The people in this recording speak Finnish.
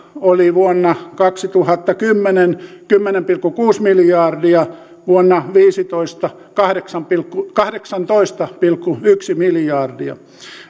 vuonna kaksituhattakymmenen oli kymmenen pilkku kuusi miljardia vuonna viisitoista se oli kahdeksantoista pilkku yksi miljardia eli